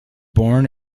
born